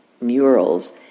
murals